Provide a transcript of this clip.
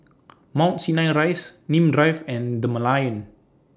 Mount Sinai Rise Nim Drive and The Merlion